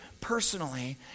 personally